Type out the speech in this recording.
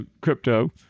crypto